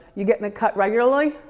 you getting it cut regularly?